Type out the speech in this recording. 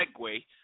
segue